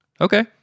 okay